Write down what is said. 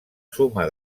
suma